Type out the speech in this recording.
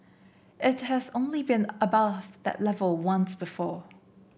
it has only been above that level once before